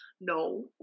No